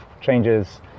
changes